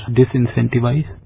disincentivize